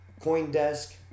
coindesk